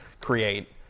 create